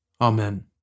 Amen